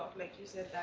like you said, that